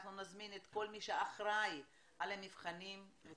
את כל מי שאחראי על המבחנים.